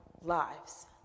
lives